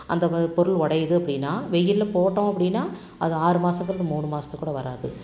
அந்த பொருள் உடையிது அப்படினா வெயிலில் போட்டோம் அப்படினா அது ஆறு மாதத்துக்கு மூணு மாதத்துக்கு கூட வராது